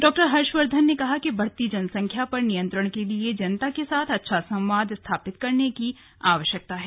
डॉ हर्षवर्धन ने कहा कि बढ़ती जनसंख्या पर नियंत्रण के लिए जनता के साथ अच्छा संवाद स्थापित करने की आवश्यकता है